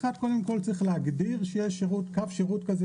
צריך להגיד שיש קו שירות כזה